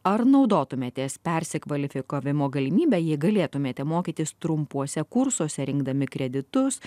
ar naudotumėtės persikvalifikavimo galimybe jei galėtumėte mokytis trumpuose kursuose rinkdami kreditus